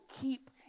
keep